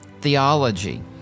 theology